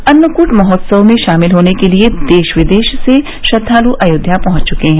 अन्नकूट महोत्सव में शामिल होने के लिए देश विदेश से श्रद्वाल् अयोध्या पहंच च्के हैं